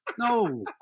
No